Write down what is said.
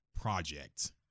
project